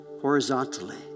horizontally